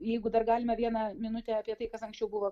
jeigu dar galima vieną minutę apie tai kas anksčiau buvo